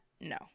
No